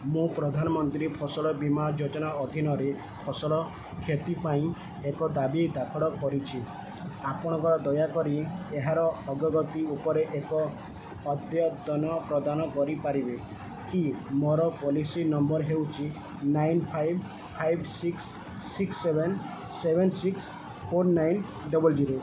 ମୁଁ ପ୍ରଧାନମନ୍ତ୍ରୀ ଫସଲ ବୀମା ଯୋଜନା ଅଧୀନରେ ଫସଲ କ୍ଷତି ପାଇଁ ଏକ ଦାବି ଦାଖଲ କରିଛି ଆପଣ ଦୟାକରି ଏହାର ଅଗ୍ରଗତି ଉପରେ ଏକ ଅଦ୍ୟତନ ପ୍ରଦାନ କରିପାରିବେ କି ମୋର ପଲିସି ନମ୍ବର ହେଉଛି nine five five six six seven seven six four nine nine double zero